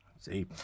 See